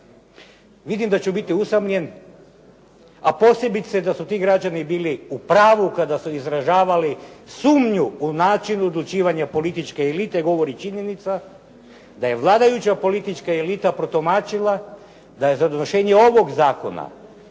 Vidim da ću biti usamljen, a posebice da su ti građani bili u pravu kada su izražavali sumnju o načinu odlučivanja političke elite govori činjenica, da je vladajuća politička elita protumačila da je za donošenje ovog zakona